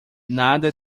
nada